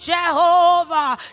Jehovah